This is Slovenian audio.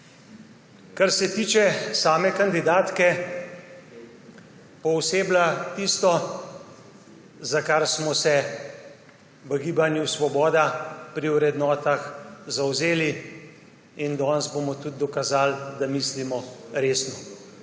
Kar se tiče same kandidatke, pooseblja tisto, za kar smo se v Gibanju Svoboda pri vrednotah zavzeli. Danes bomo tudi dokazali, da mislimo resno.